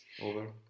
over